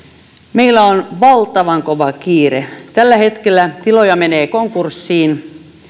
meillä on valtavan kova kiire tällä hetkellä tiloja menee konkurssiin